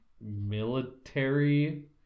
military